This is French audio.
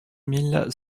mille